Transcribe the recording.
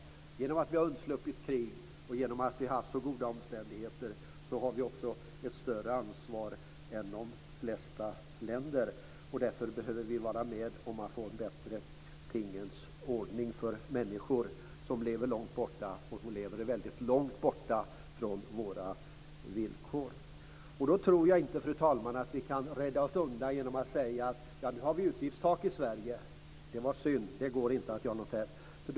I och med att vi har undsluppit krig och vi har haft så goda omständigheter har vi ett större ansvar än de flesta länder. Därför behöver vi vara med för att få en bättre tingens ordning för människor som lever långt borta från våra villkor. Jag tror inte, fru talman, att vi kan rädda oss undan genom att säga: Vi har utgiftstak i Sverige. Det är synd, men det går inte att göra något här.